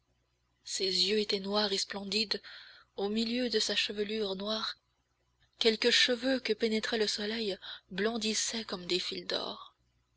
ses yeux étaient noirs et splendides au milieu de sa chevelure noire quelques cheveux que pénétrait le soleil blondissaient comme des fils d'or